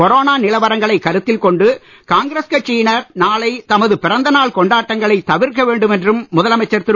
corona ஒப்புக் நிலவரங்களைக் கருத்தில் கொண்டு காங்கிரஸ் கட்சியினர் நாளை தமது பிறந்தநாள் கொண்டாட்டங்களைத் தவிர்க்க வேண்டும் என்றும் முதலமைச்சர் திரு